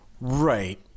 Right